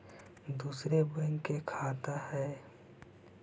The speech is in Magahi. दुसरे बैंक के खाता हैं?